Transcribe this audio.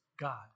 God